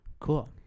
Cool